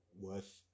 worth